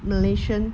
malaysian